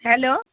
hello